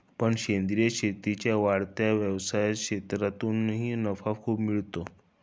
पण सेंद्रीय शेतीच्या वाढत्या व्यवसाय क्षेत्रातूनही नफा खूप मिळतो